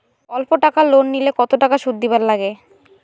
অল্প টাকা লোন নিলে কতো টাকা শুধ দিবার লাগে?